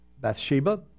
Bathsheba